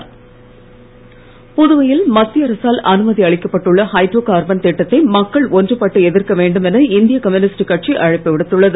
hydro carbon புதுவையின் மத்திய அரசால் அனுமதி அளிக்கப்பட்டுள்ள ஹைட்ரோ கார்பன் திட்டத்தை மக்கள் ஒன்றுபட்டு எதிர்க்க வேண்டும் என இந்திய கம்யூனிஸ்ட் கட்சி அழைப்பு விடுத்துள்ளது